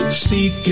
seek